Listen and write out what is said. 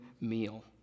meal